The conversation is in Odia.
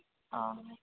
ଅହ